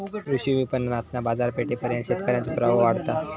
कृषी विपणणातना बाजारपेठेपर्यंत शेतकऱ्यांचो प्रवेश वाढता